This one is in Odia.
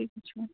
ଠିକ୍ ଅଛି ମ୍ୟାମ୍